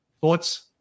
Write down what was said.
Thoughts